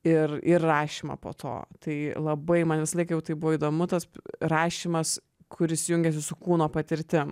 ir ir rašymą po to tai labai man visą laiką tai jau buvo įdomu tas rašymas kuris jungiasi su kūno patirtim